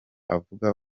avuga